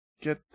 Get